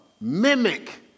mimic